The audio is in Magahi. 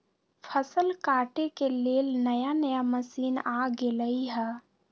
फसल काटे के लेल नया नया मशीन आ गेलई ह